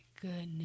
goodness